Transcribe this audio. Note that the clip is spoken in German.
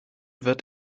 wird